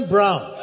Brown